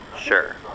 Sure